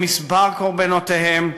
במספר קורבנותיהם,